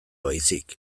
baizik